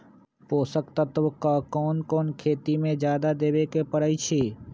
पोषक तत्व क कौन कौन खेती म जादा देवे क परईछी?